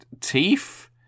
teeth